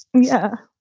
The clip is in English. yeah,